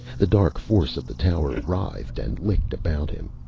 the dark force of the tower writhed and licked about him.